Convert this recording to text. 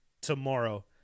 tomorrow